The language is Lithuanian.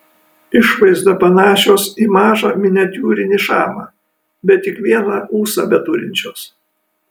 išvaizda panašios į mažą miniatiūrinį šamą bet tik vieną ūsą beturinčios